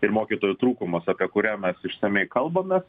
ir mokytojų trūkumas apie kurią mes išsamiai kalbamės